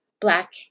Black